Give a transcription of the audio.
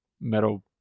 metal